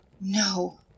No